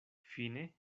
fine